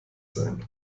sein